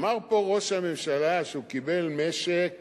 אמר פה ראש הממשלה שהוא קיבל משק